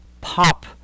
pop